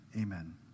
amen